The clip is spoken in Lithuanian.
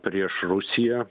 prieš rusiją